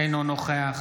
אינו נוכח